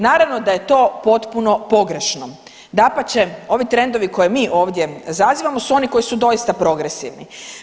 Naravno da je to potpuno pogrešno, dapače ovi trendovi koje mi ovdje zazivamo su oni koji su doista progresivni.